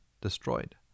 destroyed